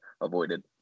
avoided